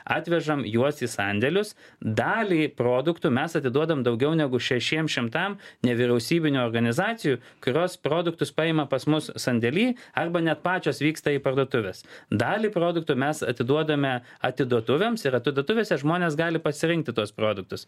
atvežam juos į sandėlius dalį produktų mes atiduodam daugiau negu šešiems šimtam nevyriausybinių organizacijų kurios produktus paima pas mus sandėly arba net pačios vyksta į parduotuves dalį produktų mes atiduodame atiduotuvems ir atiduotuvėse žmonės gali pasirinkti tuos produktus